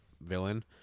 villain